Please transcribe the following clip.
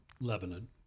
Lebanon